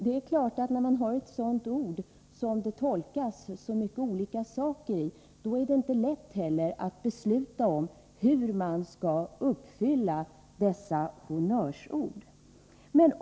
Det är klart att när sådana honnörsord kan ges så olika tolkning, så är det inte heller lätt att fatta beslut som bygger på dessa ords innebörd.